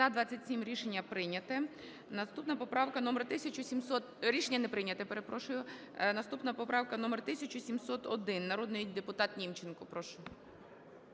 За-16 Рішення не прийнято. Наступна поправка номер 1708. Народний депутат Німченко.